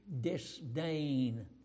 disdain